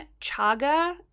chaga